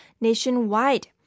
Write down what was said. nationwide